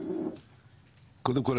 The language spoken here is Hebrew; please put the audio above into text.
קודם כל,